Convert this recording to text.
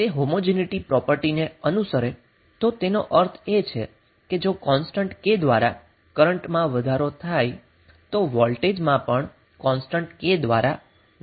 હવે જો તે હોમોજીનીટી પ્રોપર્ટીને અનુસરે છે તો તેનો અર્થ એ છે કે જો કોન્સ્ટન્ટ K દ્વારા કરન્ટમા વધારો થાય તો વોલ્ટેજ પણ કોન્સ્ટન્ટ K દ્વારા વધશે